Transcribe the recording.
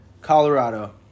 Colorado